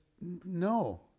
no